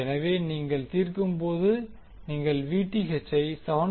எனவே நீங்கள் தீர்க்கும்போது நீங்கள் Vth ஐ 7